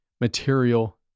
material